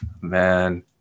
man